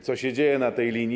Co się dzieje na tej linii?